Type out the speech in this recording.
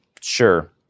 Sure